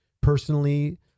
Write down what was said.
personally